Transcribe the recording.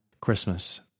Christmas